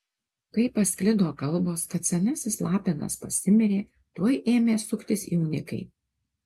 kai pasklido kalbos kad senasis lapinas pasimirė tuoj ėmė suktis jaunikiai